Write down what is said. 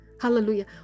Hallelujah